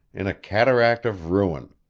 in a cataract of ruin.